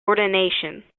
ordination